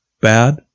bad